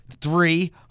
Three